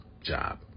job